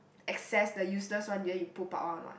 excess the useless one then you poop out one [what]